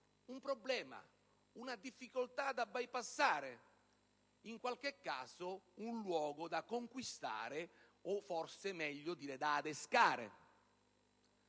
un problema, una difficoltà da bypassare, in qualche caso un luogo da conquistare o, forse, meglio, da adescare.